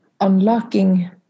unlocking